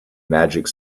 magic